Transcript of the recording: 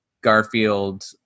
Garfield